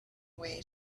way